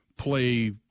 play